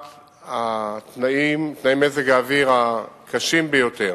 1. תנאי מזג האוויר הקשים ביותר,